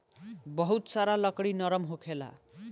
बहुत सारा लकड़ी नरम होखेला